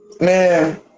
man